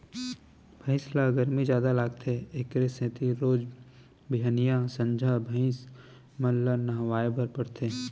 भइंस ल गरमी जादा लागथे एकरे सेती रोज बिहनियॉं, संझा भइंस मन ल नहवाए बर परथे